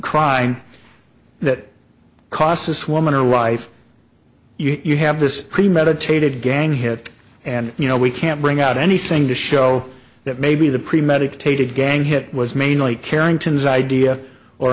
crying that cost this woman are rife you have this premeditated gang hit and you know we can't bring out anything to show that maybe the premeditated gang hit was mainly carrington's idea or